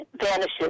vanishes